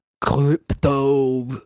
crypto